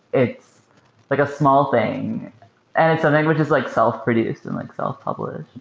it's like a small thing and it's something which is like self-produced and like self-published.